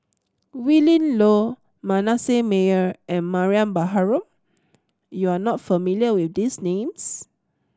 Willin Low Manasseh Meyer and Mariam Baharom you are not familiar with these names